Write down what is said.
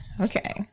okay